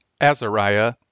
Azariah